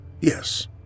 Yes